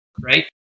right